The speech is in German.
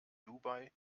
dubai